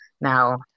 Now